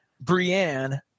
Brienne